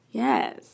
yes